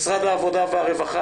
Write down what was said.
משרד העבודה והרווחה,